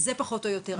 זה פחות או יותר.